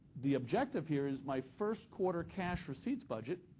the objective here is my first quarter cash receipts budget.